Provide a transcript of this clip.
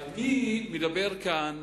אני מדבר כאן